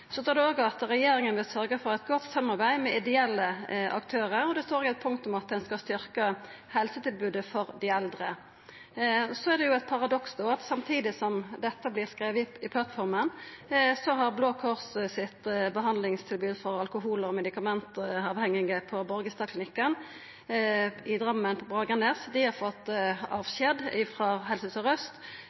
Så står det òg at regjeringa vil sørgja for eit godt samarbeid med ideelle aktørar, og det står òg eit punkt om at ein skal styrkja helsetilbodet for dei eldre. Så er det jo eit paradoks at samtidig som dette vert skrive i plattforma, har Blå Kors sitt behandlingstilbod for alkohol- og medikamentavhengige på Borgestadklinikken i Drammen, Bragernes, fått avskjed frå Helse